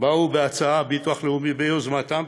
באו בהצעה הביטוח הלאומי ביוזמתו,